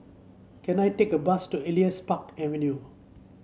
can I take a bus to Elias Park Avenue